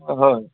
অঁ হয়